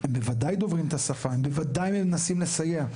הם בוודאי דוברים את השפה, הם בוודאי מנסים לסייע.